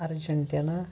Argentina